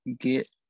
get